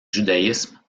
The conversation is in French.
judaïsme